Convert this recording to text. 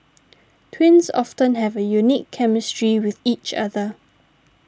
twins often have a unique chemistry with each other